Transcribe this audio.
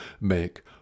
make